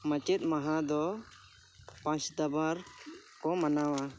ᱢᱟᱪᱮᱫ ᱢᱟᱦᱟ ᱫᱚ ᱯᱟᱸᱪ ᱫᱟᱵᱟᱨ ᱠᱚ ᱢᱟᱱᱟᱣᱟ